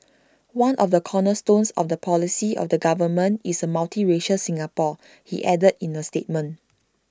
one of the cornerstones of the policy of the government is A multiracial Singapore he added in A statement